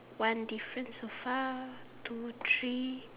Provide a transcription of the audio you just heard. one difference so far two three